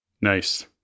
Nice